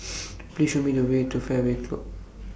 Please Show Me The Way to Fairway Club